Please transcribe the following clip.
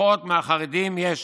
פחות מהחרדים, יש